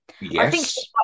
Yes